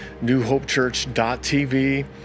newhopechurch.tv